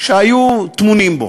שהיו טמונים בו.